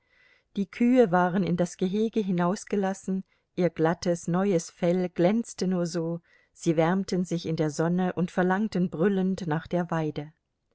die kühe waren in das gehege hinausgelassen ihr glattes neues fell glänzte nur so sie wärmten sich in der sonne und verlangten brüllend nach der weide